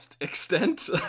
extent